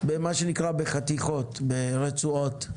במה שנקרא בחתיכות, ברצועות.